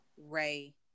Ray